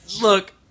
Look